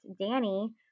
Danny